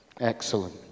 excellent